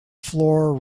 floor